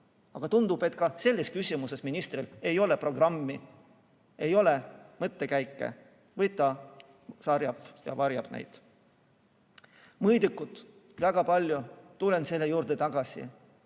Aga tundub, et ka selles küsimuses ministril ei ole programmi, ei ole mõttekäike või ta varjab neid. Mõõdikud, tulen nende juurde tagasi.